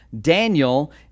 Daniel